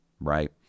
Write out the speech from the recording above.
right